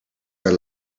are